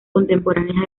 contemporáneas